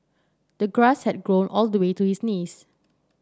the grass had grown all the way to his knees